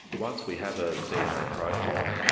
once we have a dna profile,